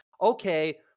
okay